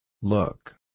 Look